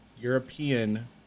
European